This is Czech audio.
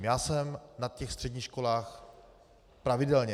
Já jsem na těch středních školách pravidelně.